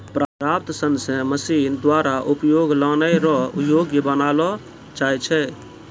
प्राप्त सन से मशीन द्वारा उपयोग लानै रो योग्य बनालो जाय छै